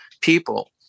people